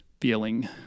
feeling